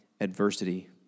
adversity